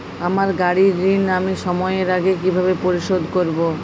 আমার গাড়ির ঋণ আমি সময়ের আগে কিভাবে পরিশোধ করবো?